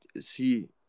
see